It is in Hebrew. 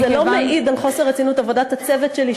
אני רוצה להגיד שזה לא מעיד על חוסר רצינות עבודת הצוות שלי,